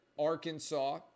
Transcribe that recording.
Arkansas